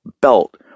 belt